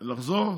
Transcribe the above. לא שמעתי.